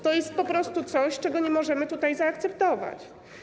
To jest po prostu coś, czego nie możemy tutaj zaakceptować.